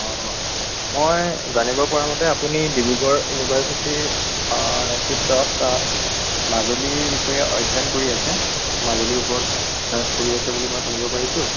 মই জানিব পৰা মতে আপুনি ডিব্ৰুগড় ইউনিভাৰচিটিৰ নেতৃত্বত মাজুলীৰ বিষয়ে অধ্যয়ন কৰি আছে মাজুলীৰ ওপৰত ৰিছাৰ্চ কৰি আছে বুলি মই শুনিব পাৰিছোঁ